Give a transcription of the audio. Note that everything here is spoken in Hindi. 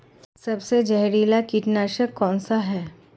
सबसे जहरीला कीटनाशक कौन सा है?